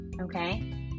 okay